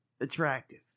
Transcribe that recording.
attractive